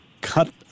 cut